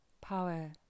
power